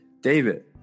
David